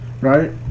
Right